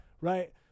Right